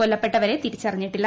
കൊല്ലപ്പെട്ടവരെ തിരിച്ചറിഞ്ഞിട്ടില്ല